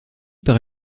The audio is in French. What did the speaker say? par